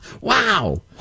Wow